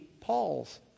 Paul's